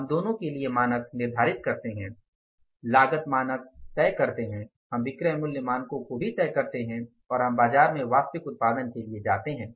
हम दोनों के लिए मानक निर्धारित करते हैं लागत मानक तय करते हैं हम विक्रय मूल्य मानकों को भी तय करते हैं और हम बाजार में वास्तविक उत्पादन के लिए जाते है